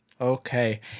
Okay